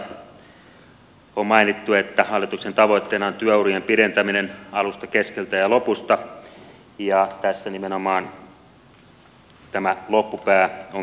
hallitusohjelmassa on mainittu että hallituksen tavoitteena on työurien pidentäminen alusta keskeltä ja lopusta ja tässä nimenomaan tämä loppupää on kyseessä